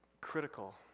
critical